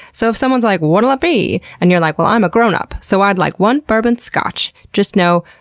so, if someone's like, what'll it be? and you're like, well, i'm a grown-up, so i'd like one bourbon scotch, just know,